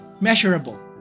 measurable